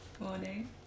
Morning